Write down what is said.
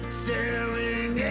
staring